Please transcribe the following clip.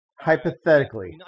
hypothetically